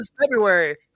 February